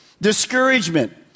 discouragement